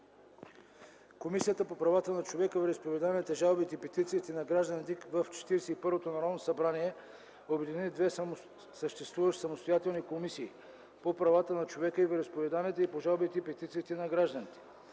Комисията по правата на човека, вероизповеданията, жалбите и петициите на гражданите в 41-то Народно събрание обедини две съществуващи самостоятелни комисии – по правата на човека и вероизповеданията и по жалбите и петициите на гражданите.